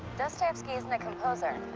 dostoyevsky isn't a composer.